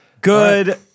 Good